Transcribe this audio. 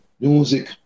music